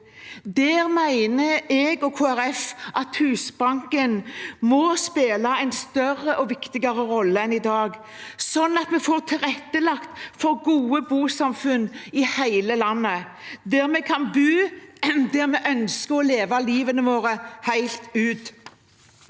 Her mener jeg og Kristelig Folkeparti at Husbanken må spille en større og viktigere rolle enn i dag, sånn at vi får tilrettelagt for gode bosamfunn i hele landet, der vi kan bo og ønsker å leve livet vårt helt ut.